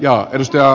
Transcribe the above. ja jos ja